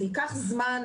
זה ייקח זמן,